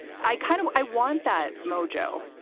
i kind of i want that mojo.